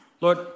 Lord